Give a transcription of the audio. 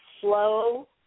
slow